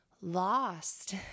lost